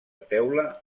teula